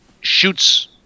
shoots